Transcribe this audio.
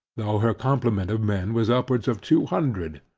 though her complement of men was upwards of two hundred.